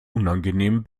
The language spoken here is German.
unangenehm